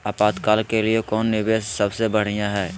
आपातकाल के लिए कौन निवेस सबसे बढ़िया है?